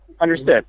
Understood